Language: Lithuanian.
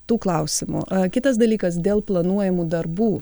tų klausimų kitas dalykas dėl planuojamų darbų